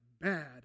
bad